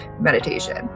meditation